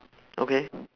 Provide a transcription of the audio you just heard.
okay